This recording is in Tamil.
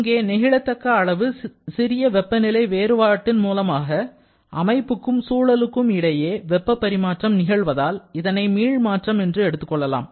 இங்கே நெகிழ தக்க அளவு சிறிய வெப்பநிலை வேறுபாட்டின் மூலமாக அமைப்புக்கும் சூழலுக்கும் இடையே வெப்பப் பரிமாற்றம் நிகழ்வதால் இதனை மீள் மாற்றம் என்று எடுத்துக்கொள்ளலாம்